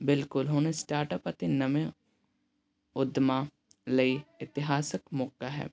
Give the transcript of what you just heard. ਬਿਲਕੁਲ ਹੁਣ ਸਟਾਰਟਅਪ ਅਤੇ ਨਵੇਂ ਉੱਦਮਾਂ ਲਈ ਇਤਿਹਾਸਿਕ ਮੌਕਾ ਹੈ